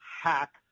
hack